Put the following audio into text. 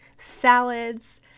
salads